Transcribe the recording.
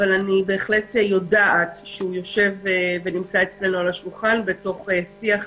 אבל אני בהחלט יודעת שהוא יושב אצלנו על השולחן תוך שיח,